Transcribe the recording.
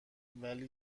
ولی